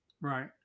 right